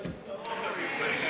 בהסכמות תמיד בעניין.